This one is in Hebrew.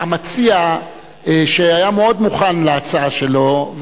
אמר המציע שהיה מאוד מוכן להצעה שלו,